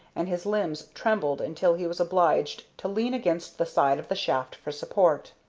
and his limbs trembled until he was obliged to lean against the side of the shaft for support.